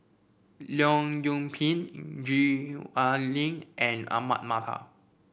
Leong Yoon Pin Gwee Ah Leng and Ahmad Mattar